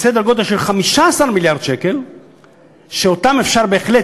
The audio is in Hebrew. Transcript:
סדר גודל של 15 מיליארד שקל שאותם אפשר בהחלט,